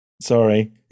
Sorry